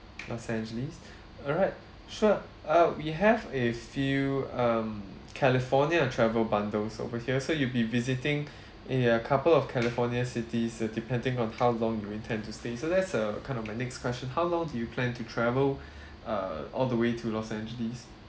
los angeles alright sure err we have a few um california travel bundles over here so you'll be visiting a a couple of california cities uh depending on how long you intend to stay so that's uh kind of my next question how long do you plan to travel err all the way to los angeles